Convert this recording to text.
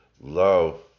love